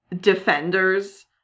Defenders